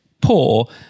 poor